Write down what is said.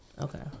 Okay